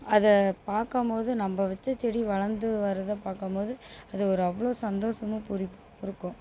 அதை பார்க்கம்போது நம்ப வச்ச செடி வளர்ந்து வர்றதை பார்க்கம்போது அது ஒரு அவ்வளோ சந்தோஷமும் பூரிப்பும் இருக்கும்